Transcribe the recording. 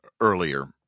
earlier